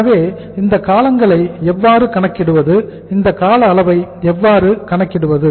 எனவே இந்த காலங்கள் எவ்வாறு கணக்கிடுவது இந்த கால அளவை எவ்வாறு கணக்கிடுவது